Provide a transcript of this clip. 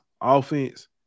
offense